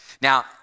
Now